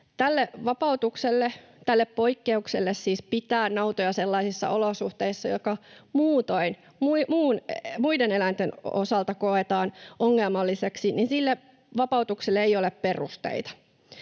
tälle vapautukselle pitää nautoja sellaisissa olosuhteissa, jotka muiden eläinten osalta koetaan ongelmallisiksi, ei ole perusteita.